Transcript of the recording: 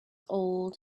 old